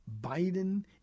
Biden